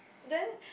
then